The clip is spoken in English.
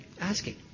asking